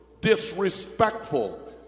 disrespectful